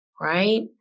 right